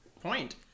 point